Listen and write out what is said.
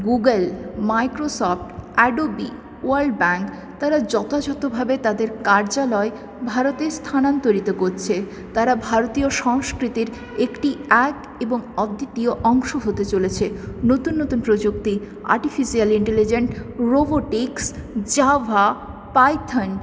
Google Microsoft Adobe World Bank তারা যথাযথভাবে তাদের কার্যালয় ভারতে স্থানান্তরিত করছে তারা ভারতীয় সংস্কৃতির একটি এক এবং অদ্বিতীয় অংশ হতে চলেছে নতুন নতুন প্রযুক্তি artificial intelligence robotics Java Python